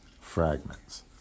fragments